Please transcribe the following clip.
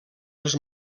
els